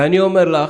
ואני אומר לך